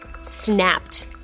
snapped